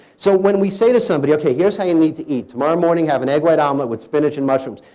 so when we say to somebody, okay, here's how you need to eat, tomorrow morning have an egg white omelet with spinach and mushrooms.